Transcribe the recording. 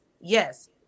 Yes